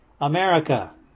America